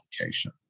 application